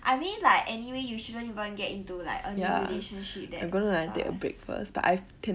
I mean like anyway you shouldn't even get into like a new relationship that fast